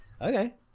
Okay